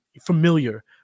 familiar